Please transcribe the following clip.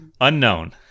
unknown